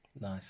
nice